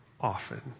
often